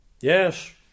Yes